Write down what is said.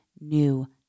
new